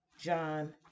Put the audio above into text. John